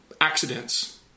accidents